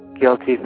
guilty